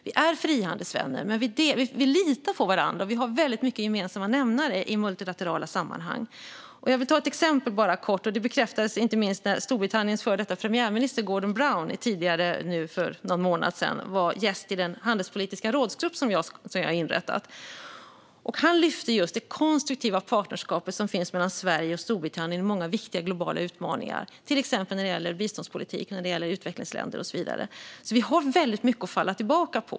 Vi är frihandelsvänner, och vi litar på varandra och har väldigt många gemensamma nämnare i multilaterala sammanhang. Låt mig ta ett exempel. Detta bekräftades inte minst när Storbritanniens före detta premiärminister Gordon Brown för någon månad sedan var gäst i den handelspolitiska rådsgrupp som jag har inrättat. Han förde fram just det konstruktiva partnerskap som finns mellan Sverige och Storbritannien i många viktiga globala utmaningar, till exempel när det gäller biståndspolitik i utvecklingsländer och så vidare. Vi har alltså mycket att falla tillbaka på.